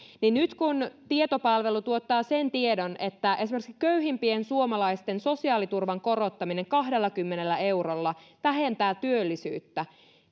nyt kun tietopalvelu tuottaa sen tiedon että esimerkiksi köyhimpien suomalaisten sosiaaliturvan korottaminen kahdellakymmenellä eurolla vähentää työllisyyttä